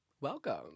welcome